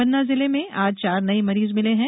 पन्ना जिले में आज चार नये मरीज मिले हैं